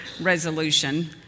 resolution